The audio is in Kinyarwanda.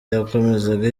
yakomezaga